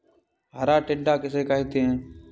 हरा टिड्डा किसे कहते हैं?